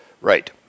Right